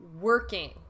working